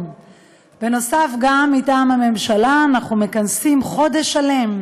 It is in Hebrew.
בנוסף, גם מטעם הממשלה אנחנו מכנסים חודש שלם,